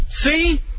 See